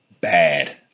bad